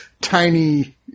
tiny